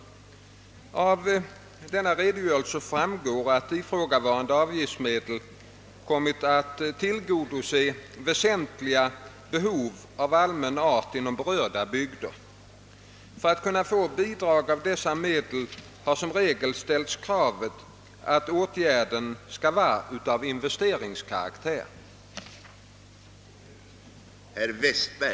Av exemplifieringen framgår att ifrågavarande avgiftsmedel kommit att tillgodose väsentliga behov av allmän art inom berörda bygder. För att kunna få bidrag av dessa medel har som regel ställts kravet att åtgärden skall vara av investeringskaraktär.